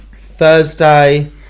Thursday